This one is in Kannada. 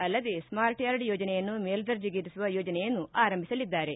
ಅಲ್ಲದೆ ಸ್ಪಾರ್ಟ್ಯಾರ್ಡ್ ಯೋಜನೆಯನ್ನು ಮೇಲ್ಲರ್ಜೆಗೇರಿಸುವ ಯೋಜನೆಯನ್ನು ಆರಂಭಿಸಲಿದ್ದಾರೆ